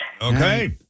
okay